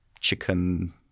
chicken